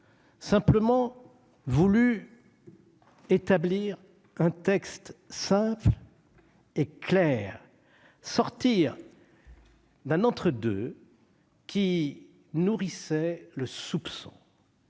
simplement voulu établir un texte simple et clair, en sortant d'un entre-deux qui nourrissait le soupçon.